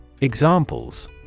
Examples